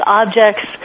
objects